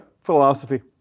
philosophy